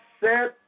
set